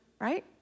right